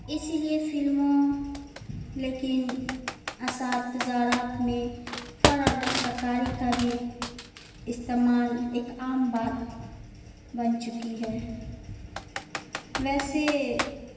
اسی لیے فلموں لیکن اشتہارات میں فن اور دستکاری کا بھی استعمال ایک عام بات بن چکی ہے ویسے